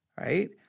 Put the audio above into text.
Right